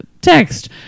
text